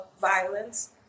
violence